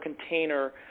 container